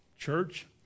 Church